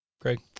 Greg